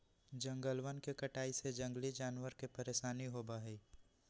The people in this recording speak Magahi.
जंगलवन के कटाई से जंगली जानवरवन के परेशानी होबा हई